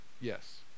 Yes